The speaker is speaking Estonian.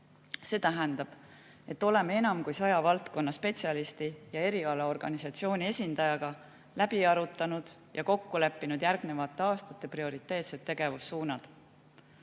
See tähendab, et oleme enam kui 100 valdkonnaspetsialisti ja erialaorganisatsiooni esindajaga läbi arutanud ja kokku leppinud järgnevate aastate prioriteetsed tegevussuunad.